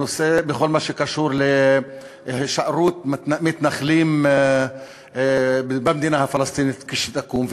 בכל מה שקשור להישארות מתנחלים במדינה הפלסטינית כשתקום,